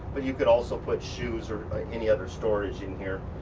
but you can also put shoes or any other storage in here.